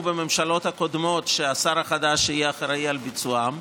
בממשלות הקודמות ושהשר החדש יהיה אחראי לביצוען.